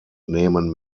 nehmen